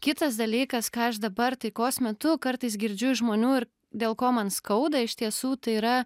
kitas dalykas ką aš dabar taikos metu kartais girdžiu iš žmonių ir dėl ko man skauda iš tiesų tai yra